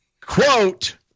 quote